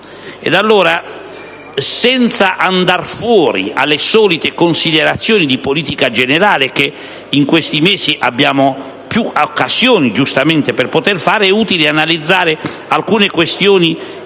Senza allora fare le solite considerazioni di politica generale, che in questi mesi abbiamo più occasioni giustamente per poter fare, è utile analizzare alcune questioni